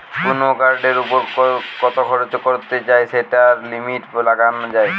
কুনো কার্ডের উপর কত খরচ করতে চাই সেটার লিমিট লাগানা যায়